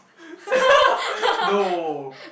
no